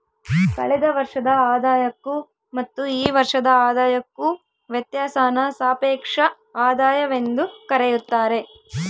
ಕಳೆದ ವರ್ಷದ ಆದಾಯಕ್ಕೂ ಮತ್ತು ಈ ವರ್ಷದ ಆದಾಯಕ್ಕೂ ವ್ಯತ್ಯಾಸಾನ ಸಾಪೇಕ್ಷ ಆದಾಯವೆಂದು ಕರೆಯುತ್ತಾರೆ